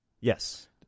Yes